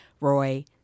Roy